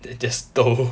just toh